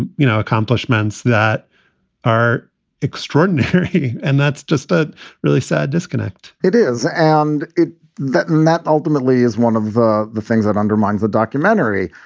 and you know, accomplishments that are extraordinary. and that's just a really sad disconnect it is. and that and that ultimately is one of the the things that undermines the documentary.